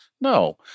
No